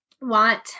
want